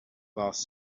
boss